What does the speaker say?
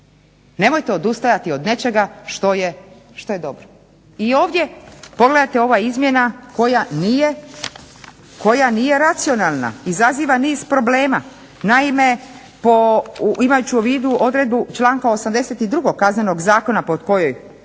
Nemojte odustajati od nečega što je dobro. I ovdje pogledajte ova izmjena koja nije racionalna, izaziva niz problema. Naime, imajući u vidu odredbu članka 82. Kaznenog zakona pod kojom